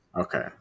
Okay